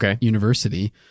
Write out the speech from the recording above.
University